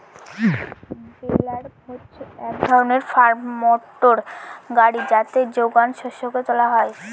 বেলার হচ্ছে এক ধরনের ফার্ম মোটর গাড়ি যাতে যোগান শস্যকে তোলা হয়